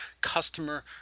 customer